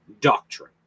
doctrine